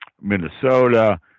Minnesota